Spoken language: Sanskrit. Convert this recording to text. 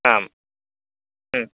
आम्